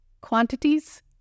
quantities